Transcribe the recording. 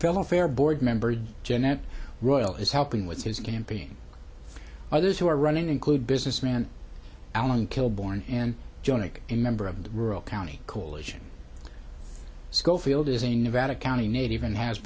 fellow fair board member jeanette roy is helping with his campaign others who are running include businessman alan kilborne and joining a member of the rural county coalition schofield is a nevada county native and has